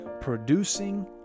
Producing